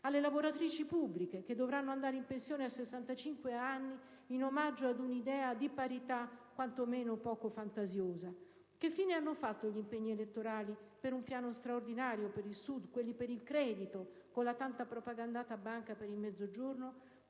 alle lavoratrici pubbliche, che dovranno andare in pensione a 65 anni in omaggio ad un'idea di parità quanto meno poco fantasiosa. Che fine hanno fatto gli impegni elettorali per un piano straordinario per il Sud e quelli per il credito, con la tanto propagandata Banca per il Mezzogiorno?